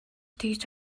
тэгж